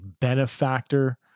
benefactor